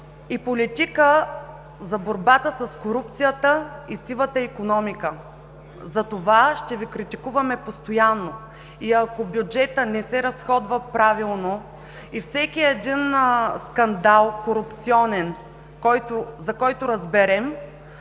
и политика за борбата с корупцията и сивата икономика. Затова ще Ви критикуваме постоянно. И ако бюджетът не се разходва правилно и всеки един скандал – корупционен, за който разберем,